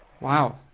Wow